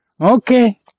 Okay